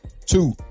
Two